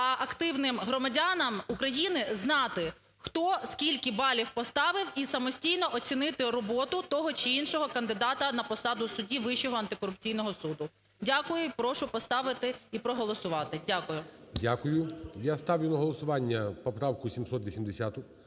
а активним громадянам України знати, хто, скільки балів поставив і самостійно оцінити роботу того чи іншого кандидата на посаду судді Вищого антикорупційного суду. Дякую і прошу поставити, і проголосувати. Дякую. ГОЛОВУЮЧИЙ. Дякую. Я ставлю на голосування поправку 780.